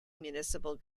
municipal